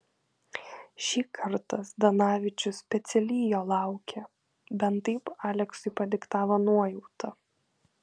šį kartą zdanavičius specialiai jo laukė bent taip aleksui padiktavo nuojauta